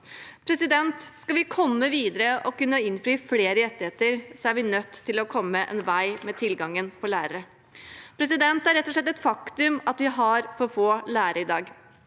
sentralt. Skal vi komme oss videre og kunne innfri flere rettigheter, er vi nødt til å komme en vei med tilgangen på lærere. Det er rett og slett et faktum at vi har for få lærere i dag.